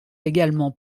également